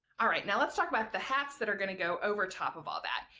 all right now let's talk about the hats that are going to go over top of all that.